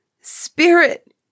Spirit